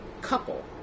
couple